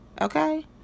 Okay